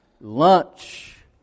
Lunch